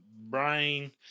brain